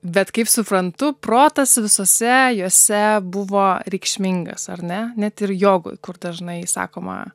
bet kaip suprantu protas visose jose buvo reikšmingas ar ne net ir jogoj kur dažnai sakoma